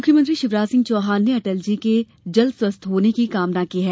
मुख्यमंत्री शिवराज सिंह चौहान ने अटल जी के जल्द स्वस्थ होने की कामना की है